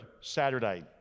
Saturday